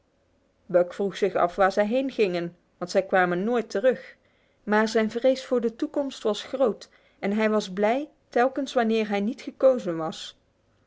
buck vroeg zich af waar zij heengingen want zij kwamen nooit terug maar zijn vrees voor de toekomst was groot en hij was blij telkens wanneer hij niet gekozen was